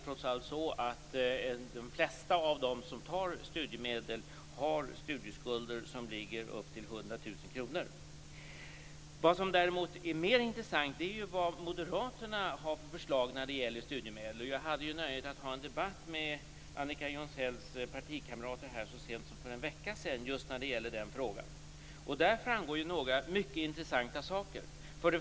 Trots allt har nog de flesta av dem som tar studiemedel studieskulder på upp till Vad som däremot är mer intressant är vad moderaterna har på förslag när det gäller studiemedel. Jag hade nöjet att ha en debatt med Annika Jonsells partikamrater så sent som för en vecka sedan just i den frågan. Av den debatten framgick några mycket intressanta saker.